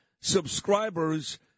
subscribers